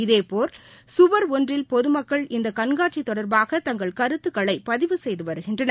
இதேபோல் கவர் ஒன்றில் பொதுமக்கள் இந்த கண்காட்சி தொடர்பாக தங்கள் கருத்துக்களை பதிவு செய்து வருகின்றனர்